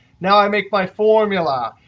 now i make my formula.